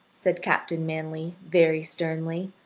said captain manly, very sternly.